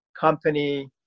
company